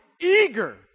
eager